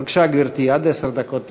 בבקשה, גברתי, עד עשר דקות לרשותך.